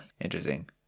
Interesting